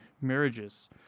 marriages